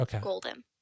golden